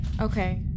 Okay